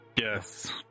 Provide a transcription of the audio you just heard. yes